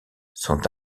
sont